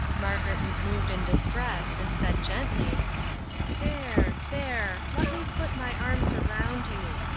margaret was moved and distressed, and said, gently there there let me put my arms around you.